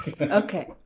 Okay